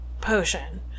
potion